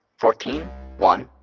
fourteen one.